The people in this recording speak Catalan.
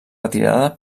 retirada